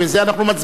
אנחנו מצביעים,